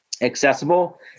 accessible